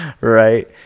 Right